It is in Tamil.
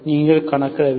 நீங்கள் கணக்கிட வேண்டும்